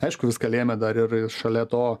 aišku viską lėmė dar ir šalia to